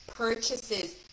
purchases